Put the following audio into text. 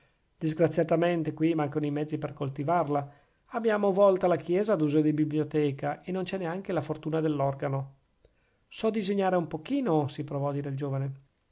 disgraziatamente qui mancano i mezzi di coltivarla abbiamo volta la chiesa ad uso di biblioteca e non c'è neanche la fortuna dell'organo so disegnare un pochino si provò a dire il giovane